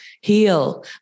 heal